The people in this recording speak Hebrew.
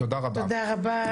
תודה רבה.